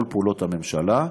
כל פעולות הממשלה,